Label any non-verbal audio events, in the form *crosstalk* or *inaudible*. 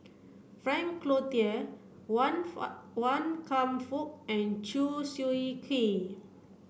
Frank Cloutier Wan *unintelligible* Wan Kam Fook and Chew Swee Kee